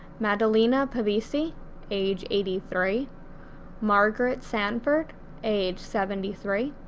maddalena pavesi age eighty three margaret sanford age seventy three,